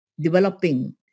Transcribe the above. developing